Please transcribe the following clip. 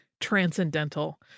transcendental